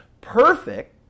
perfect